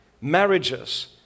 Marriages